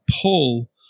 pull